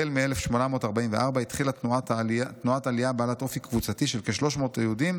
החל מ-1844 התחילה תנועת עלייה בעלת אופי קבוצתי של כ-300 עולים